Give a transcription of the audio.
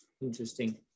Interesting